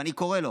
ואני קורא לו